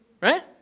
Right